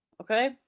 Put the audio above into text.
okay